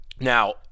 Now